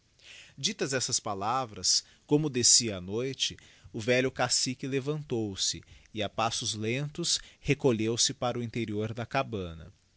ditas estas palavras como descia a noite o velho cacique levantou-se e a passos lentos recolheu-se para o interior da cabana